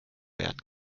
werden